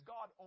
God